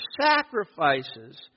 sacrifices